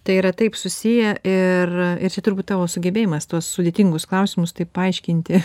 tai yra taip susiję ir ir čia turbūt tavo sugebėjimas tuos sudėtingus klausimus taip paaiškinti